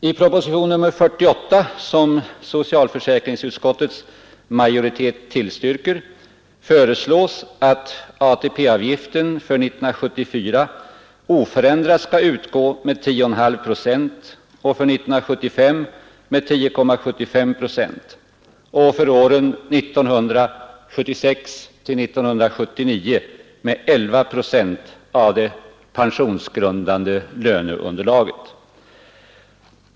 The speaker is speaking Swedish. I propositionen 48, som socialförsäkringsutskottets majoritet har tillstyrkt, föreslås att ATP-avgiften för 1974 oförändrat skall utgå med 10,5 procent och för 1975 med 10,75 procent samt för åren 1976—1979 med 11 procent av det pensionsgrundande löneunderlaget.